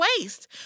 waste